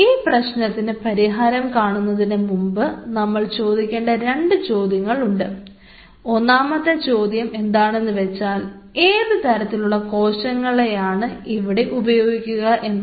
ഈ പ്രശ്നത്തിന് പരിഹാരം കാണുന്നതിനു മുൻപ് നമ്മൾ ചോദിക്കേണ്ട രണ്ട് ചോദ്യങ്ങൾ ഉണ്ട് ഒന്നാമത്തെ ചോദ്യം എന്താണെന്ന് വെച്ചാൽ ഏതുതരത്തിലുള്ള കോശങ്ങളെയാണ് ഇവിടെ ഉപയോഗിക്കുക എന്ന്